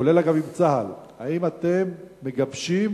כולל עם צה"ל, האם אתם מגבשים